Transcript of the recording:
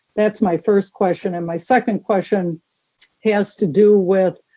that's my first question. and my second question has to do with,